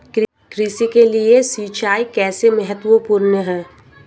कृषि के लिए सिंचाई कैसे महत्वपूर्ण है?